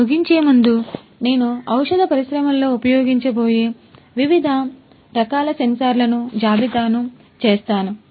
నేను ముగించే ముందు నేను ఔషధ పరిశ్రమలో ఉపయోగించబోయే వివిధ రకాల సెన్సార్లను జాబితాను చేస్తాను